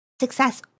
success